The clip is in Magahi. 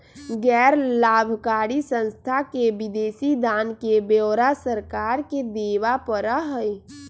गैर लाभकारी संस्था के विदेशी दान के ब्यौरा सरकार के देवा पड़ा हई